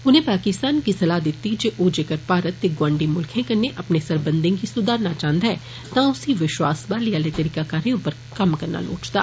उनें पाकिस्तान गी सलाह दिती जे ओ जेकर भारत ते गौआंडी मुल्खे कन्ने अपने सरबंधे गी सुधारना चाहन्दा ऐ तां उसी विष्वास बहाली आले तरीकाकारे उप्पर कम्म करना लोड़चदा